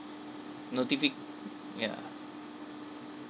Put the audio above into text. notific~ ya